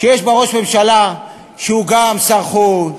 שיש בה ראש ממשלה שהוא גם שר החוץ